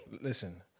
Listen